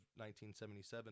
1977